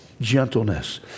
gentleness